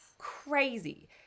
crazy